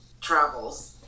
travels